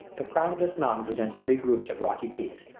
the crown of this mountain presents three groups of rocky peaks.